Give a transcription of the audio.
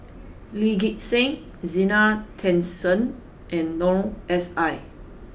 Lee Gek Seng Zena Tessensohn and Noor S I